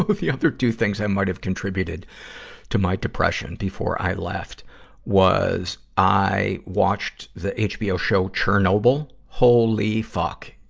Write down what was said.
but the other two things i might have contributed to my depression before i left was i watched the hbo show, chernobyl. holy fuck!